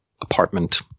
apartment